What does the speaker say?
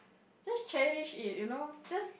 just cherish it you know just